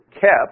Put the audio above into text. kept